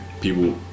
people